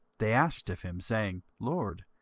they asked of him, saying, lord,